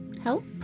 help